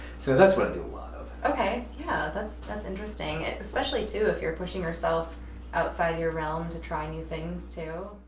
so, that's what i do a lot of. okay, yeah that's that's interesting, and especially too, if you're pushing yourself outside your realm to try new things too.